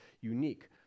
unique